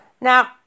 Now